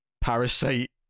parasite